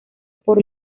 por